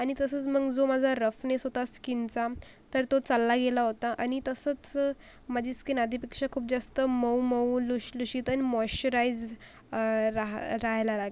आणि तसंच मग जो माझा रफनेस होता स्कीनचा तर तो चालला गेला होता आणि तसंच माझी स्कीन आधीपेक्षा खूप जास्त मऊ मऊ लुशलुशीत आणि मॉयश्चराइज् राह राह्यला लागली